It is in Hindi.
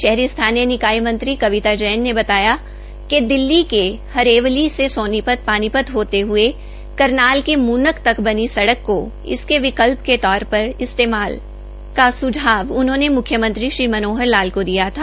शहरी स्थानीय निकाय मंत्री कविता जैन ने बताया कि दिल्ली के हरेवली से सोनीपत पानीपत होते हए करनाल के मुनक तक बनी सडक को इसके विकल्प के तौर पर इस्तेमाल का सुझाव उन्होंने म्ख्यमंत्री श्री मनोहर लाल को दिया था